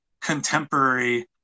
contemporary